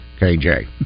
KJ